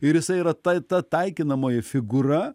ir jisai yra ta ta taikinamoji figūra